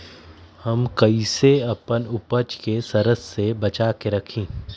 हम कईसे अपना उपज के सरद से बचा के रखी?